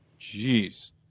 Jeez